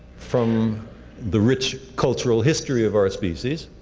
from the rich cultural history of our species,